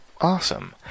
Awesome